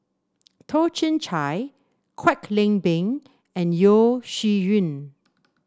Toh Chin Chye Kwek Leng Beng and Yeo Shih Yun